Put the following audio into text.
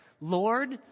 Lord